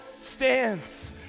stands